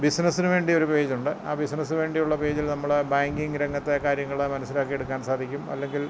ബിസിനസ്സിനു വേണ്ടി ഒരു പേജുണ്ട് ആ ബിസിനസ്സിനു വേണ്ടിയുള്ള പേജിൽ നമ്മുടെ ബാങ്കിംഗ് രംഗത്തെ കാര്യങ്ങൾ മനസ്സിലാക്കിയെടുക്കാൻ സാധിക്കും അല്ലെങ്കിൽ